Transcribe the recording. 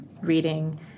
reading